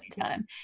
time